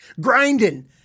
Grinding